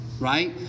right